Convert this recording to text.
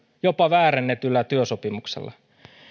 jopa väärennetyllä työsopimuksella